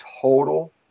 total